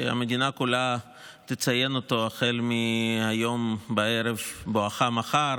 שהמדינה כולה תציין אותו החל מהיום בערב בואכה מחר,